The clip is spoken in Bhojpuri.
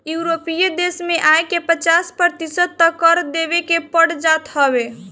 यूरोपीय देस में आय के पचास प्रतिशत तअ कर देवे के पड़ जात हवे